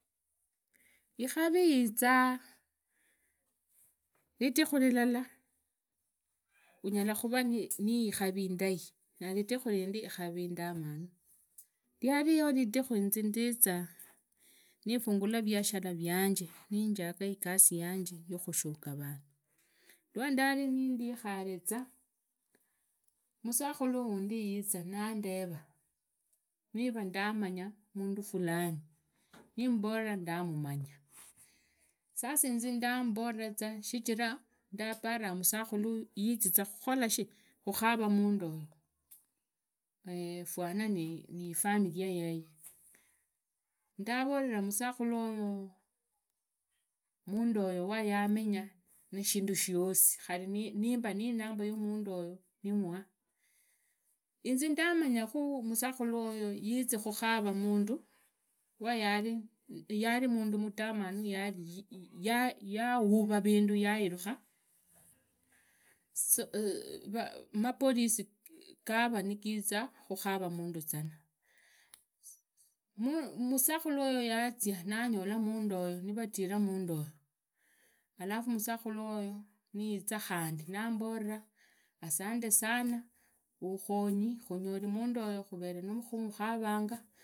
Ikuri izaa ridhititu vilala unyala khavaa ni ikari indai khandi khandiridhiku rindi ikari itamanu. Riario ridhikhu riu inze ndizaa nifungula viashara vianje nijaga igasi yanye ya mushuria vandu lwa ndali ndikhave za musakhulu wundi yiza nandera nivaa ndamanya mundu fulani nimbola ndamanya shichila ndaparaza musakhulu uyo yizia khukava mundoyo fwana nifamilia yeye ndarorera musakhulu mundoyo wayamenya na shindu shosi khuri nimba nimamba ya mundoyo nimuha inzi ndamanyakhu musukhulu oyo yizi yazia nanyola mundoyo nivaziria khavere khumukhavanga.